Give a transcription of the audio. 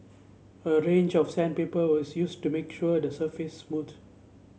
a range of sandpaper was used to make sure the surface smooth